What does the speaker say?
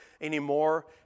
anymore